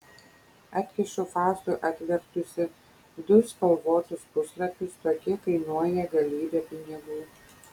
atkišu faustui atvertusi du spalvotus puslapius tokie kainuoja galybę pinigų